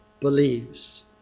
Believes